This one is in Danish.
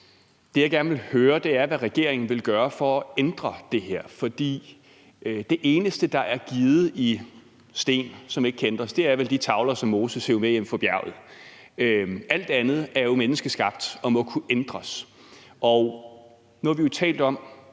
Det, jeg gerne vil høre, er, hvad regeringen vil gøre for at ændre det her. For det eneste, der er skrevet i sten, som ikke kan ændres, er vel de tavler, som Moses hev med ned fra bjerget. Alt andet er jo menneskeskabt og må kunne ændres, og nu har vi jo i det